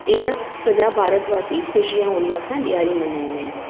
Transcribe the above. इअं सॼा भारतवासी ख़ुशी ऐं उल्हास सां ॾियारी मल्हाईंदा आहिनि